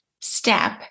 step